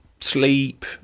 sleep